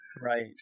Right